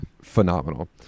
phenomenal